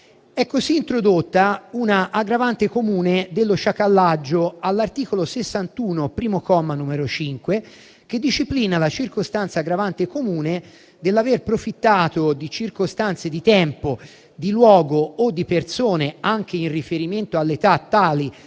È così introdotta un'aggravante comune dello sciacallaggio all'articolo 61, primo comma, n. 5, che disciplina la circostanza aggravante comune dell'aver profittato di circostanze di tempo, di luogo o di persone, anche in riferimento all'età, tali